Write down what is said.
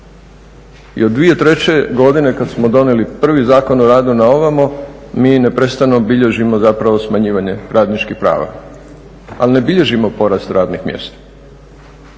I od 2003. godine kad smo donijeli prvi Zakon o radu na ovamo, mi neprestano bilježimo zapravo smanjivanje radničkih prava, ali ne bilježimo porast radnih mjesta,